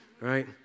right